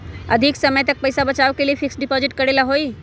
अधिक समय तक पईसा बचाव के लिए फिक्स डिपॉजिट करेला होयई?